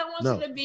No